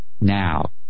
now